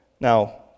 Now